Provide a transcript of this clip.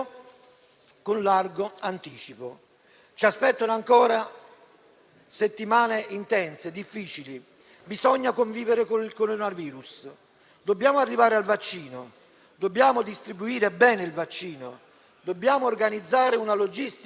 Abbiamo il diritto, anche se all'interno della maggioranza, di pretendere decisioni concrete, rapide e più condivise. Lo pretendiamo nei confronti di un Paese che si è sacrificato e che, di colpo, è colto dal dubbio di averlo fatto inutilmente.